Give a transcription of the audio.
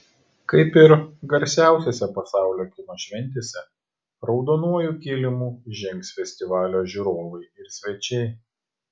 kaip ir garsiausiose pasaulio kino šventėse raudonuoju kilimu žengs festivalio žiūrovai ir svečiai